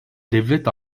devlet